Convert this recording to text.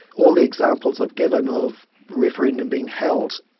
all the examples i've given of referenda being held,